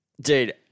Dude –